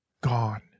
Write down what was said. gone